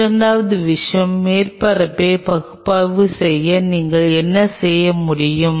இரண்டாவது விஷயம் மேற்பரப்பை பகுப்பாய்வு செய்ய நீங்கள் என்ன செய்ய முடியும்